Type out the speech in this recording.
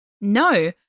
No